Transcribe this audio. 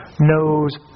knows